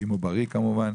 אם הוא בריא כמובן,